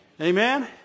Amen